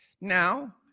Now